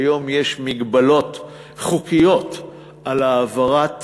כיום יש מגבלות חוקיות על העברת